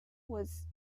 was